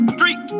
Street